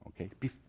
okay